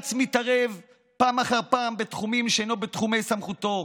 בג"ץ מתערב פעם אחר פעם בתחומים שאינם בתחומי סמכותו.